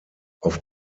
auf